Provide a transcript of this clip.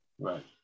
right